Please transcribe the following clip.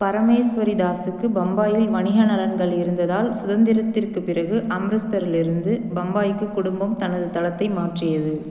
பரமேஸ்வரிதாஸுக்கு பம்பாயில் வணிக நலன்கள் இருந்ததால் சுதந்திரத்திற்குப் பிறகு அம்ரிஸ்தரிலிருந்து பம்பாய்க்கு குடும்பம் தனது தளத்தை மாற்றியது